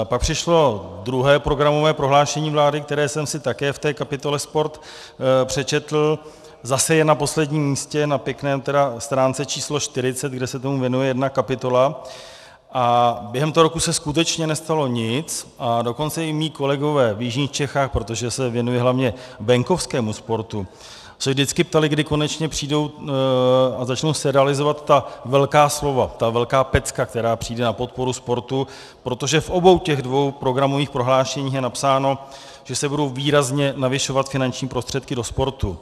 Pak přišlo druhé programové prohlášení vlády, které jsem si také v té kapitole sport přečetl, zase je na posledním místě, na pěkné stránce číslo 40, kde se tomu věnuje jedna kapitola, a během toho roku se skutečně nestalo nic, a dokonce i moji kolegové v jižních Čechách, protože se věnuji hlavně venkovskému sportu, se vždycky ptali, kdy konečně přijdou a začnou se realizovat ta velká slova, ta velká pecka, která přijde na podporu sportu, protože v obou těch dvou programových prohlášeních je napsáno, že se budou výrazně navyšovat finanční prostředky do sportu.